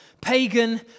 pagan